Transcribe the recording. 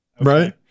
Right